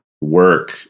work